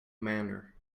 manner